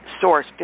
source